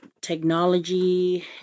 technology